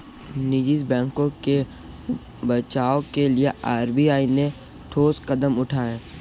निजी बैंकों के बचाव के लिए आर.बी.आई ने ठोस कदम उठाए